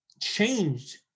changed